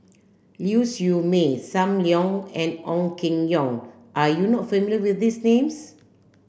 Ling Siew May Sam Leong and Ong Keng Yong are you not familiar with these names